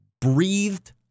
breathed